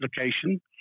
application